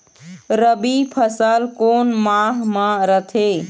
रबी फसल कोन माह म रथे?